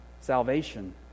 salvation